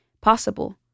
possible